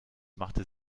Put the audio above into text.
machte